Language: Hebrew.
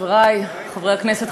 חברי חברי הכנסת,